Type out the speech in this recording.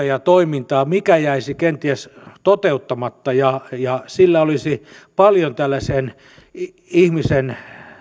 ja toimintaa mikä jäisi kenties toteuttamatta ja siinä olisi paljon tällaiseen ihmisen